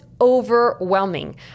overwhelming